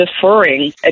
deferring